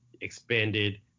expanded